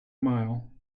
mile